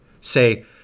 say